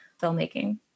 filmmaking